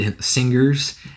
singers